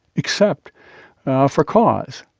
except for cause.